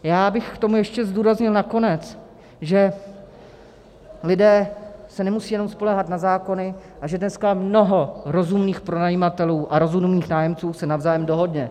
Já bych k tomu ještě zdůraznil nakonec, že lidé se nemusí jenom spoléhat na zákony a že dneska mnoho rozumných pronajímatelů a rozumných nájemců se navzájem dohodne.